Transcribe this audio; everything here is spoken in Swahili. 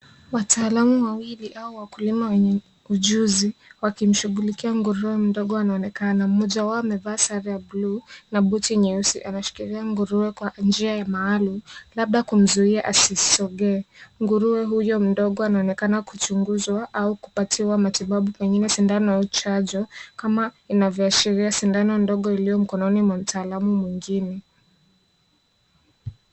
Watalamu wawili au wakulima wenye ujuzi wakimshughulikia nguruwe mdogo anaonekana mmoja wao amevaa sare ya bluu na buti nyeusi anashikilia nguruwe kwa njia ya maalum labda kumzuia hasisongee. Nguruwe huyo mdogo anaonekana kuchunguzwa au kupatiwa matitabu pengine sidano au chanjo kama inavyoashiria sindano ndogo iliyo mkononi mwa mtalamu mwingine.